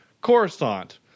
Coruscant